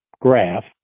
graph